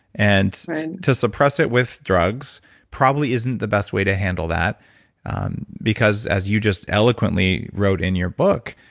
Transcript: and and to suppress it with drugs probably isn't the best way to handle that because as you just eloquently wrote in your book,